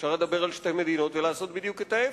אפשר לדבר על שתי מדינות ולעשות בדיוק ההיפך,